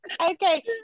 okay